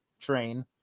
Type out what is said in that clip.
train